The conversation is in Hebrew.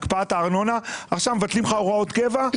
והם עכשיו מבטלים הוראות קבע.